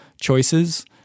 choices